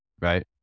Right